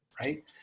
right